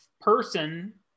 person